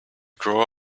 grow